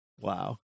wow